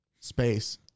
Space